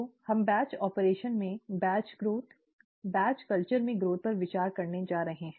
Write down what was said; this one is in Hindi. तो हम बैच ऑपरेशन में बैच विकास बैच कल्चर में वृद्धि पर विचार करने जा रहे हैं